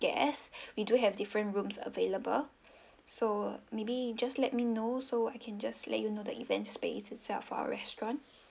guests we do have different rooms available so maybe you just let me know so I can just let you know the event space itself for our restaurant